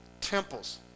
Temples